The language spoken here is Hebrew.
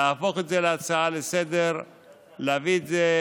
להפוך את זה להצעה לסדר-היום, להביא את זה